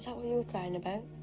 that what you were crying about?